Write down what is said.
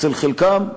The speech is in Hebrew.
אצל חלקם,